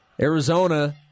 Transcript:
Arizona